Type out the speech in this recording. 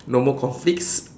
no more conflicts